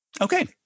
okay